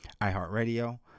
iheartradio